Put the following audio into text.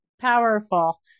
Powerful